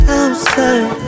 outside